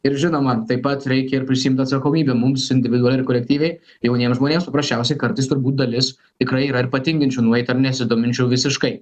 ir žinoma taip pat reikia ir prisiimt atsakomybę mums individualiai ir kolektyviai jauniems žmonėms paprasčiausiai kartais turbūt dalis tikrai yra ir patinginčių nueit ar nesidominčių visiškai